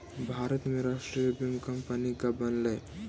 भारत में राष्ट्रीय बीमा कंपनी कब बनलइ?